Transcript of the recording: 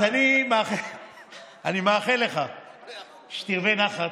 אז אני מאחל לך שתרווה נחת,